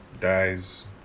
Dies